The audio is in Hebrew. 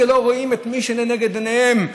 ולא רואים את מי שלנגד עיניהם,